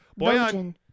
Boyan